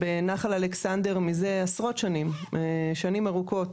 בנחל אלכסנדר מזה עשרות שנים, שנים ארוכות,